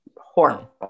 horrible